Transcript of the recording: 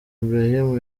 ibrahim